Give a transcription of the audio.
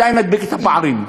מתי נדביק את הפערים?